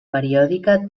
periòdica